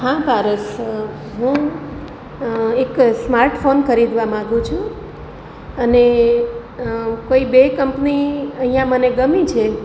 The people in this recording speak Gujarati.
હા પારસ હું એક સ્માર્ટ ફોન ખરીદવા માગું છું અને કોઈ બે કંપની અહીંયા મને ગમી છે